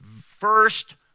first